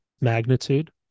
magnitude